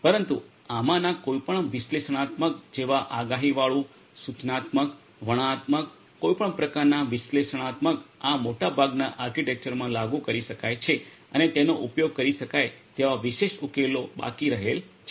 પરંતુ આમાંના કોઈપણ વિશ્લેષણાત્મક જેવા આગાહીવાળું સૂચનાત્મક વર્ણનાત્મક કોઈપણ પ્રકારના વિશ્લેષણાત્મક આ મોટાભાગનાં આર્કિટેક્ચરોમાં લાગુ કરી શકાય છે અને તેનો ઉપયોગ કરી શકાય તેવા વિશિષ્ટ ઉકેલો બાકી રહેલછે